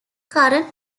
current